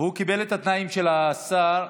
קיבל את התנאים של השר.